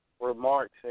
remarks